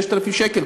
6,000 שקל,